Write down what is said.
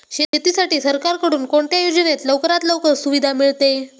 शेतीसाठी सरकारकडून कोणत्या योजनेत लवकरात लवकर सुविधा मिळते?